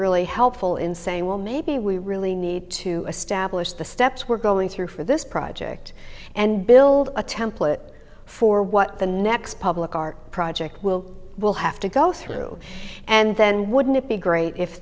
really helpful in saying well maybe we really need to establish the steps we're going through for this project and build a template for what the next public art project will will have to go through and then wouldn't it be great if